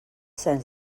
cens